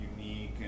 unique